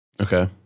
Okay